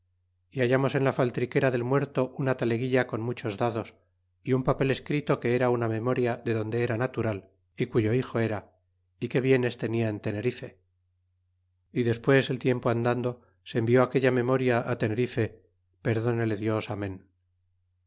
y hallamos en la faltriquera del muerto una taleguilla con muchos dados y un papel escrito que era una memoria de donde era natural y cuyo hijo era y que bienes tenia en tenerife é despues el tiempo andando se envió aquella memoria tenerife perdónele dios amen